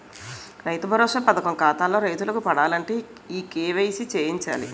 రైతు భరోసా పథకం ఖాతాల్లో రైతులకు పడాలంటే ఈ కేవైసీ చేయించాలి